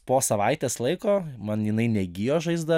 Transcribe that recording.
po savaitės laiko man jinai negijo žaizda